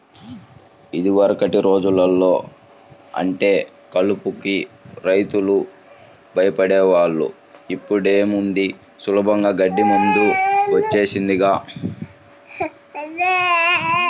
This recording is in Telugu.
యిదివరకటి రోజుల్లో అంటే కలుపుకి రైతులు భయపడే వాళ్ళు, ఇప్పుడేముంది సులభంగా గడ్డి మందు వచ్చేసిందిగా